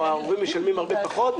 או ההורים משלמים הרבה פחות.